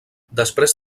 després